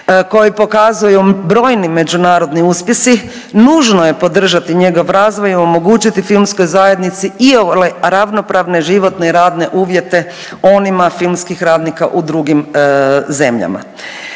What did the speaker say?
koji pokazuju brojni međunarodni uspjesi nužno je podržati njegov razvoj i omogućiti filmskoj zajednici iole ravnopravne životne i radne uvjete onima filmskih radnika u drugim zemljama.